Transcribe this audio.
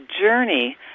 journey